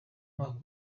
mwaka